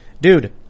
dude